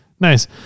nice